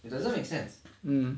it doesn't make sense